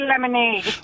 lemonade